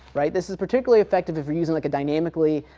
right. this is particularly effective if you're using like a dynamically